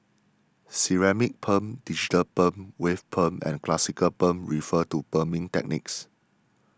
ceramic perm digital perm wave perm and classic perm refer to perming techniques